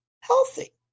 healthy